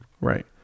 right